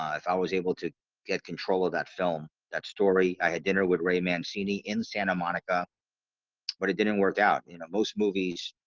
if i was able to get control of that film that story i had dinner with ray mancini in santa. monica but it didn't work out, you know most movies